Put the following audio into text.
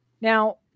Now